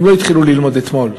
לא התחילו ללמוד אתמול.